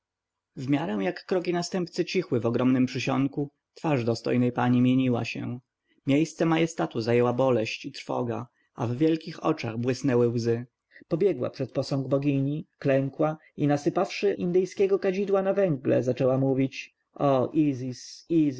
w miarę jak kroki następcy cichły w ogromnym przysionku twarz dostojnej pani mieniła się miejsce majestatu zajęły boleść i trwoga a w wielkich oczach błysnęły łzy pobiegła przed posąg bogini klękła i nasypawszy indyjskiego kadzidła na węgle zaczęła mówić o izis